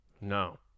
No